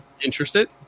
interested